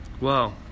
Wow